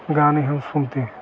गाने हम सुनते हैं